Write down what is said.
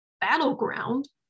Battleground